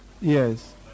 Yes